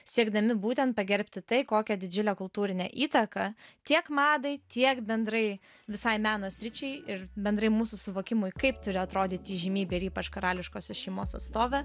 siekdami būtent pagerbti tai kokią didžiulę kultūrinę įtaką tiek madai tiek bendrai visai meno sričiai ir bendrai mūsų suvokimui kaip turi atrodyti įžymybė ir ypač karališkosios šeimos atstovė